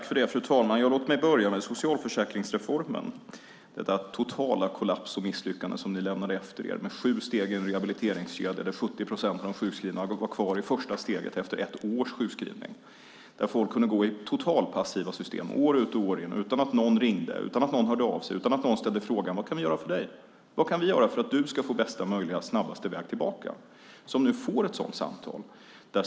Fru talman! Låt mig börja med socialförsäkringsreformen och den totala kollaps och det totala misslyckande som ni lämnade efter er med sju steg i en rehabiliteringskedja, där 70 procent av de sjukskrivna var kvar i första steget efter ett års sjukskrivning. Folk kunde gå i totalt passiva system år ut och år in utan att någon ringde, utan att någon hörde av sig. Ingen ställde frågan: Vad kan vi göra för dig? Vad kan vi göra för att du ska få bästa möjliga och snabbaste väg tillbaka? De får nu ett sådant samtal.